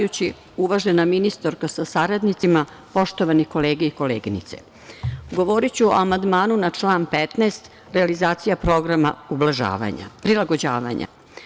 Uvažena ministarko sa saradnicima, poštovane kolege i koleginice, govoriću o amandmanu na član 15. – realizacija programa prilagođavanja.